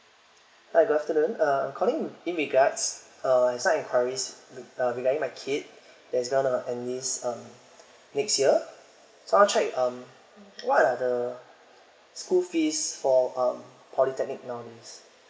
hi good afternoon uh calling in regards uh side enquiries uh regarding my kid that's gonna enlist um next year so I want check um what are the school fees for um polytechnic nowadays